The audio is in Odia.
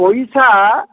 ପଇସା